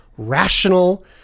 rational